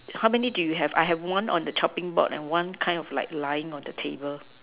how many do you have I have one on the chopping board and one kind of like laying on the table